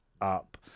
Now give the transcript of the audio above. up